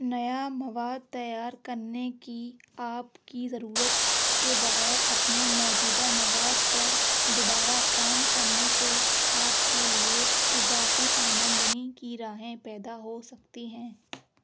نیا مواد تیار کرنے کی آپ کی ضرورت کے بغیر اپنے موجودہ مواد پر دوبارہ کام کرنے سے آپ کے لیے اضافی آمندنی کی راہیں پیدا ہو سکتی ہیں